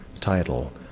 title